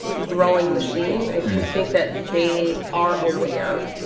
growing machine. i do think that they are aware.